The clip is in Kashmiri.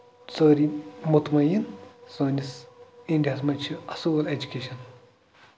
سٲری مُتمعیٖن سٲنِس اِنڈیا ہَس منٛز چھُ اَصٕل ایٚجوٗکیشن